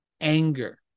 anger